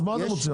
אז מה אתם רוצים?